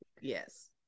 yes